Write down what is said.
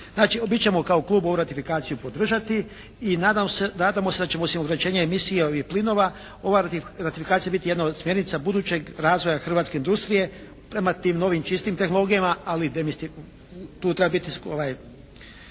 Znači mi ćemo kao Klub ovu ratifikaciju podržati i nadam se, nadamo se da će osim ograničenjem emisije ovih planova ova ratifikacija biti jedna od smjernica budućeg razvoja hrvatske industrije prema tim novim, čistijim tehnologijama ali tu treba biti